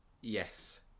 Yes